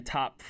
top